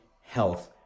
health